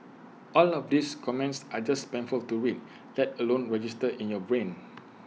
all of these comments are just painful to read that let alone register in your brain